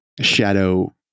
shadow